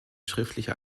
schriftliche